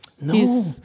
No